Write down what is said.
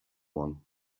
one